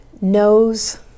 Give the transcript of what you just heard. knows